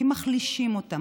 כי מחלישים אותן,